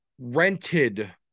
rented